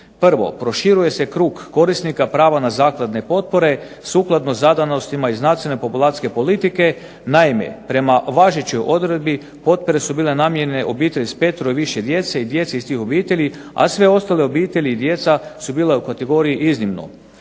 Prvo, proširuje se krug korisnika prava na zakladne potpore, sukladnosti zadanostima iz nacionalne populacijske politike. Naime prema važećoj odredbi potpore su bile namijenjene obitelji s petero i više djece i djeci iz tih obitelji, a sve ostale obitelji i djeca su bile u kategoriji iznimno.